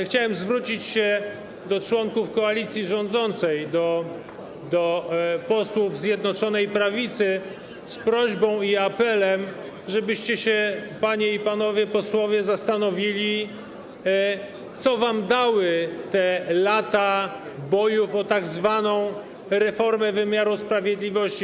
Chciałbym zwrócić się do członków koalicji rządzącej, do posłów Zjednoczonej Prawicy z prośbą i apelem, żebyście się panie i panowie posłowie zastanowili, co dały wam te lata bojów o tzw. reformę wymiaru sprawiedliwości.